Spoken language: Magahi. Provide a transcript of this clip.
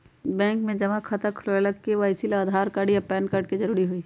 बैंक में जमा खाता खुलावे ला के.वाइ.सी ला आधार कार्ड आ पैन कार्ड जरूरी हई